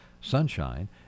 sunshine